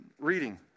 reading